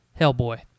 Hellboy